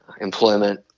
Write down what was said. employment